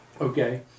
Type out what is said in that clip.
Okay